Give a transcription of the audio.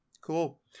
Cool